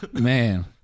Man